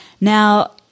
Now